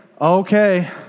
okay